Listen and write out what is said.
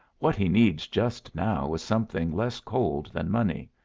what he needs just now is something less cold than money.